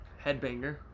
Headbanger